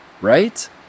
Right